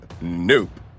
nope